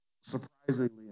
surprisingly